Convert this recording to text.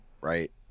Right